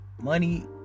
money